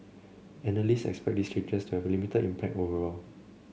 analysts expect these changes to have a limited impact overall